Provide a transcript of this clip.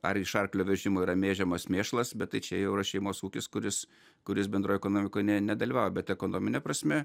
ar iš arklio vežimo yra mėžiamas mėšlas bet tai čia jau yra šeimos ūkis kuris kuris bendroj ekonomikoj ne nedalyvauja bet ekonomine prasme